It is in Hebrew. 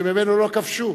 שממנו לא כבשו.